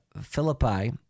Philippi